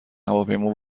هواپیما